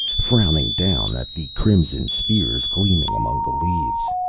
frowning down at the crimson spheres gleaming among the leaves.